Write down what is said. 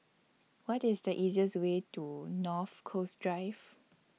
What IS The easiest Way to North Coast Drive